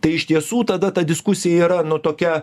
tai iš tiesų tada ta diskusija yra nu tokia